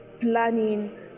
planning